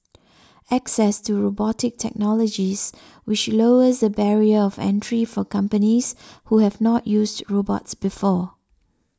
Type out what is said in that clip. access to robotics technologies which lowers the barrier of entry for companies who have not used robots before